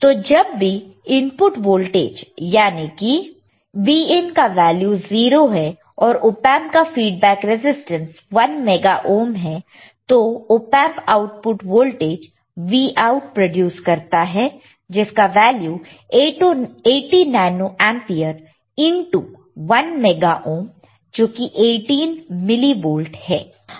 तो जब भी इनपुट वोल्टेज यानी कि Vin का वैल्यू 0 है और ऑपएंप का फीडबैक रेसिस्टेंस 1 मेगा ओहम है तो op amp output voltage Vout produce करता है जिसका value 80 nano ampere into 1 mega ohm जो कि 18 मिली वोल्ट है